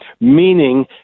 meaning